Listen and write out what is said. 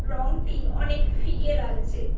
রঙটি অনেক ফিকে লাগছে